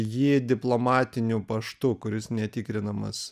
jį diplomatiniu paštu kuris netikrinamas